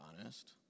honest